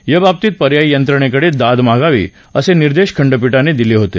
याबाबतीत पर्यायी यंत्रणेकडे दाद मागावी असे निर्देश खंडपीठानं दिले होते